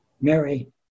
Mary